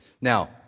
Now